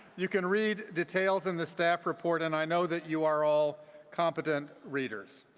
you can read details in the staff report, and i know that you are all competent readers,